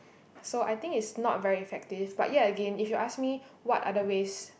so I think is not very effective but ya again if you ask me what other ways